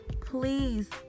please